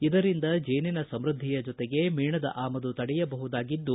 ಇದರಿಂದ ಜೇನಿನ ಸಮೃದ್ಧಿಯ ಜೊತೆಗೆ ಮೇಣದ ಆಮದು ತಡೆಯಬಹುದಾಗಿದ್ದು